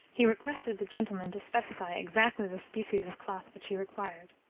he requested the gentleman to specify exactly the species of cloth which he required.